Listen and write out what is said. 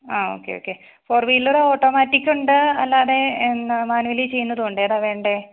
ആ okay okay four wheeler ഓട്ടോമാറ്റിക്കുണ്ട് അല്ലാതെ എന്താ മാനുവലി ചെയ്യുന്നത് ഉണ്ട് ഏതാ വേണ്ടത്